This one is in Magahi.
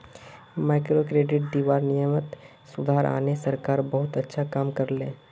माइक्रोक्रेडिट दीबार नियमत सुधार आने सरकार बहुत अच्छा काम कर ले